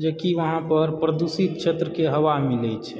जेकि वहाँ पर प्रदुषित क्षेत्रकेँ हवा मिलैत छै